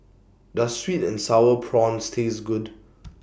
Does Sweet and Sour Prawns Taste Good